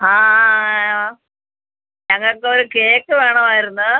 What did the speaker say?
ആ ആ ഞങ്ങൾക്ക് ഒരു കേക്ക് വേണമായിരുന്നു